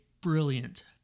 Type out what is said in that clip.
brilliant